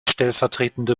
stellvertretende